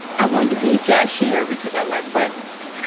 i wanted to be a cashier because i like buttons.